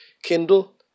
Kindle